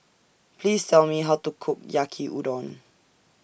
Please Tell Me How to Cook Yaki Udon